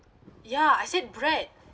ya I said bread